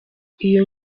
iyo